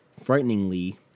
frighteningly